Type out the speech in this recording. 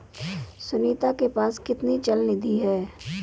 सुनीता के पास कितनी चल निधि है?